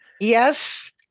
Yes